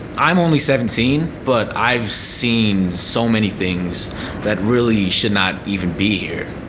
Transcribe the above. i'm only seventeen, but i've seen so many things that really should not even be here.